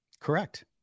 Correct